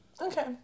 Okay